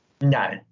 No